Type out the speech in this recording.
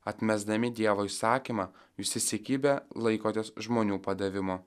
atmesdami dievo įsakymą jūs įsikibę laikotės žmonių padavimo